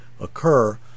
occur